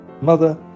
mother